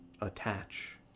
attach